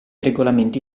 regolamenti